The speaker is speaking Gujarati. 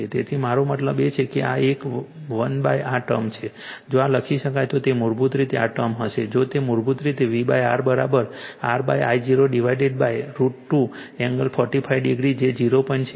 તેથી મારો મતલબ છે કે આ એક 1આ ટર્મ જો લખી શકાય તો તે મૂળભૂત રીતે આ ટર્મ હશે જો તે મૂળભૂત રીતે VR બરાબર RI0 ડિવાઇડેડ √ 2 એંગલ 45 ડિગ્રી જે 0